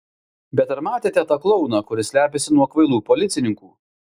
bet ar matėte tą klouną kuris slepiasi nuo kvailų policininkų